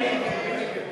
ההסתייגות (14)